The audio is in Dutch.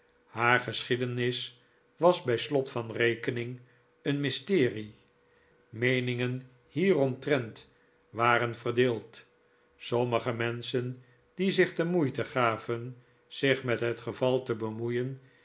haar geschiedenis was bij slot van rekening een mysterie meeningen hieromtrent waren verdeeld sommige menschen die zich de moeite gaven zich met het geval te bemoeien